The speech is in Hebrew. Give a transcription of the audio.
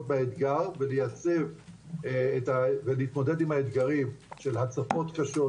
באתגר ולהתמודד עם האתגרים של הצפות קשות,